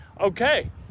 Okay